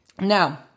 Now